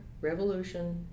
Revolution